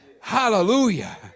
Hallelujah